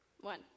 One